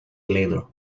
later